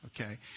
okay